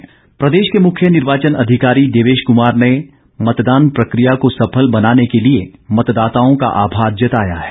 मतदान प्रदेश के मुख्य निर्वाचन अधिकारी देवेश कुमार ने मतदान प्रक्रिया को सफल बनाने के लिए मतदाताओं का आभार जताया है